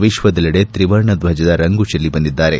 ವಿಶ್ವದಲ್ಲೆಡೆ ತ್ರಿವರ್ಣಧ್ವಜದ ರಂಗು ಜೆಲ್ಲಿ ಬಂದಿದ್ದಾರೆ